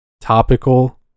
topical